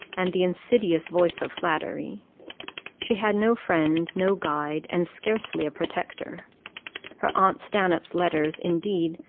and the insidious voice of flattery she had no friend, no guide, and scarcely a protector her aunt stanhope's letters, indeed,